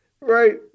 Right